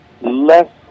less